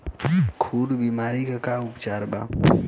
खुर बीमारी के का उपचार बा?